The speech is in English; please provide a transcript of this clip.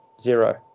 zero